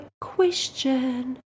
question